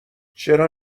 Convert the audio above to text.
چرا